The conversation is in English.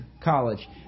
College